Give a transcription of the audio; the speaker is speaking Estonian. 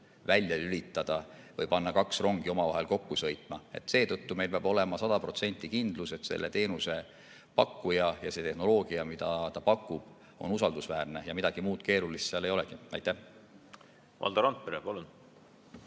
välja lülitada või panna kaks rongi omavahel kokku sõitma. Seetõttu meil peab olema 100% kindlus, et selle teenuse pakkuja ja tehnoloogia, mida ta pakub, on usaldusväärne. Midagi muud keerulist seal ei olegi. Aitäh küsimuse eest!